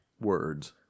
words